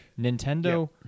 Nintendo